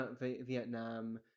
vietnam